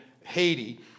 Haiti